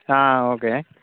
okay